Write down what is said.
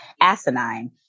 asinine